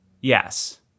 Yes